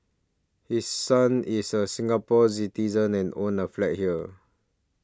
his son is a Singapore Citizen and owns a flat here